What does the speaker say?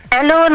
Hello